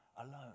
alone